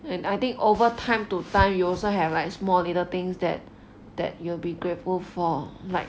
and I think over time to time you also have like small little things that that you will be grateful for like